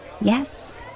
Yes